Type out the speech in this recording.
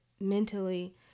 mentally